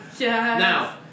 Now